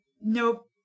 nope